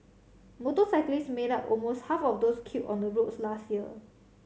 motorcyclists made up almost half of those killed on the roads last year